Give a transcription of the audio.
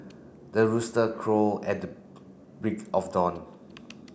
the rooster crawl at the break of dawn